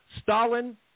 Stalin